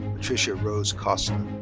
patricia rose costa.